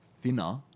thinner